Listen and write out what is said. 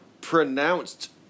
pronounced